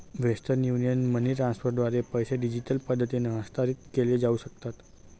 western union money ट्रान्स्फरद्वारे पैसे digital पद्धतीने हस्तांतरित केले जाऊ शकतात